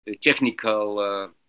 technical